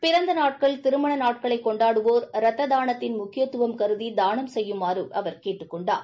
பிறந்த நாட்கள் கொண்டாடுவோர் ரத்த தானத்தின் முக்கியத்துவம் கருதி தானம் செய்யுமாறு அவர் கேட்டு கொண்டார்